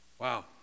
Wow